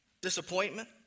disappointment